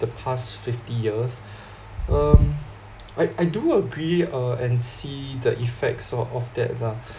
the past fifty years um I I do agree uh and see the effects of of that lah